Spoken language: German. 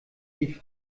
rief